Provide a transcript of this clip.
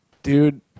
dude